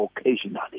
occasionally